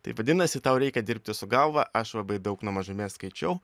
tai vadinasi tau reikia dirbti su galva aš labai daug nuo mažumės skaičiau